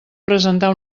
presentar